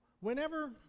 Whenever